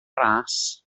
ras